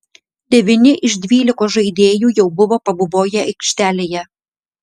devyni iš dvylikos žaidėjų jau buvo pabuvoję aikštelėje